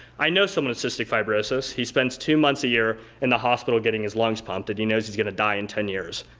i know someone with cystic fibrosis. he spends two months a year in the hospital getting his lungs pumped and he knows he's going to die in ten years,